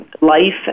life